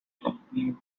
accompany